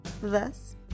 Thus